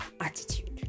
attitude